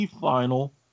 final